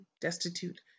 destitute